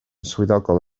swyddogol